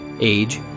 age